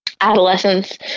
adolescence